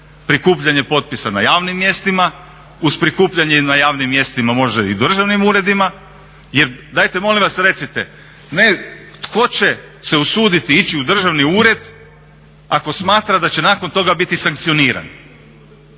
prikupljanje potpisa na javnim mjestima, uz prikupljanje na javnim mjestima možda i državnim uredima. Jer dajte molim vas recite, tko će se usuditi ići u državni ured ako smatra da će nakon toga biti sankcioniran?